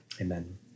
Amen